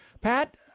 Pat